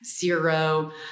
Zero